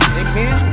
amen